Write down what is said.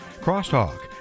Crosstalk